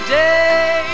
day